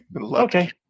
Okay